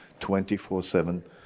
24-7